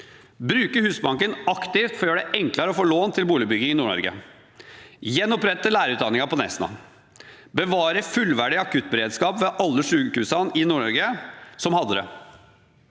bruker Husbanken aktivt for å gjøre det enklere å få lån til boligbygging i Nord-Norge, vi gjenoppretter lærerutdanningen på Nesna, og vi bevarer fullverdig akuttberedskap ved alle sykehusene i Nord-Norge som hadde det.